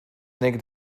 neck